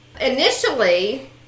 Initially